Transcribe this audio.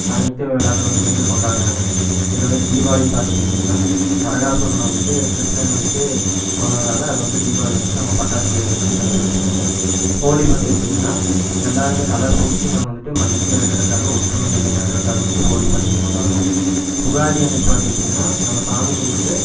அனைத்து விழாக்களும் வந்துவிட்டு இங்கே கொண்டாடுறாங்க இதில் வந்து தீபாவளின்னு பார்த்துட்டிங்கன்னா நரகாசுரனை வந்துவிட்டு கிருஷ்ணன் வந்துவிட்டு கொன்னதால் அது வந்துவிட்டு தீபாவளி வந்துவிட்டு நம்ம பட்டாசு வெடிச்சு செலப்ரேட் பண்ணுவோம் ஹோலி பார்த்துக்கிட்டிங்கன்னா எல்லாரும் இந்த கலர் பூசி நம்ம வந்துவிட்டு மகிழ்ச்சியாக இருக்குறக்காக ஒற்றுமை நிலை நாட்டுறக்காக வந்துவிட்டு ஹோலி பண்டிகை கொண்டாடுறோம் உகாதி அன்றைக்கு பார்த்துக்கிட்டிங்கன்னா நம்ம சாமி கும்பிட்டு